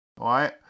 Right